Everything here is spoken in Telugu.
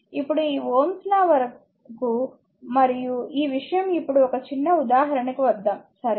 ఇప్పుడు ఈ Ω's లాΩ's law వరకు మరియు ఈ విషయం ఇప్పుడు ఒక చిన్న ఉదాహరణకి వద్దాం సరే